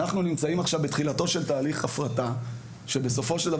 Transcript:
אנחנו נמצאים עכשיו בתחילתו של תהליך הפרטה שבסופו של דבר